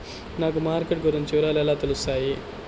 నాకు మార్కెట్ గురించి వివరాలు ఎలా తెలుస్తాయి?